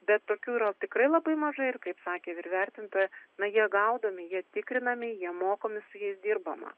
bet tokių yra tikrai labai mažai ir kaip sakė vyrvertintoja na jie gaudomi jie tikrinami jie mokomi su jais dirbama